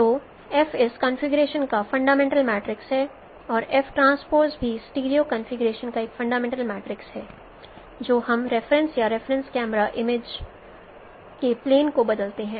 तो F इस configuration का फंडामेंटल मैट्रिक्स है और F ट्रांसपोज़ भी स्टीरियो कॉन्फ़िगरेशन का एक फंडामेंटल मैट्रिक्स है जब हम रेफरेंस या रेफरेंस कैमरा इमेज कैमरा के प्लेन को बदलते हैं